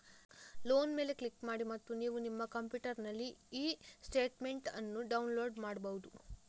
loan ಮೇಲೆ click ಮಾಡಿ ಮತ್ತು ನೀವು ನಿಮ್ಮ ಕಂಪ್ಯೂಟರಿನಲ್ಲಿ ಇ ಸ್ಟೇಟ್ಮೆಂಟ್ ಅನ್ನು ಡೌನ್ಲೋಡ್ ಮಾಡ್ಬಹುದು